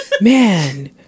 man